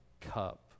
cup